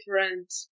different